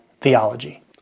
theology